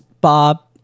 bob